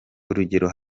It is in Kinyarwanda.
urugero